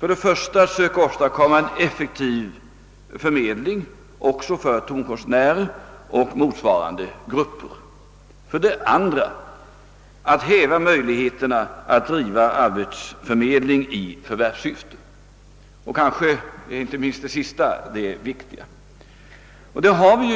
för det första att söka åstadkomma en effektiv förmedling också för tonkonstnärer och motsvarande grupper, för det andra att häva möjligheterna att driva arbetsförmedling i förvärvssyfte; kanske inte minst den sistnämnda uppgiften är väsentlig.